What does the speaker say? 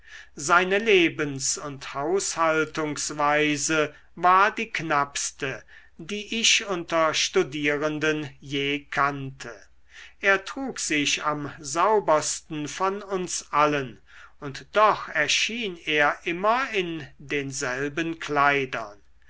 seine lebens und haushaltungsweise war die knappste die ich unter studierenden je kannte er trug sich am saubersten von uns allen und doch erschien er immer in denselben kleidern